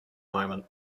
moment